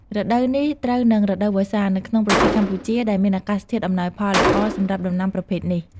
រដូវនេះត្រូវនឹង រដូវវស្សា នៅក្នុងប្រទេសកម្ពុជា ដែលមានអាកាសធាតុអំណោយផលល្អសម្រាប់ដំណាំប្រភេទនេះ។